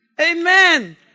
Amen